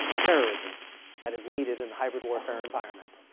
terrorism that is needed in the hybrid warfare environment.